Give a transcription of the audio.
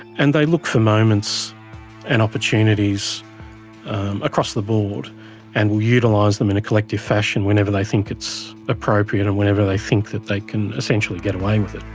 and they look for moments and opportunities across the board and will utilise them in a collective fashion whenever they think it's appropriate and whenever they think that they can essentially get away with